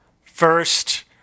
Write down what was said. First